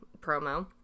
promo